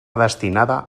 destinada